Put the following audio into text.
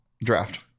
draft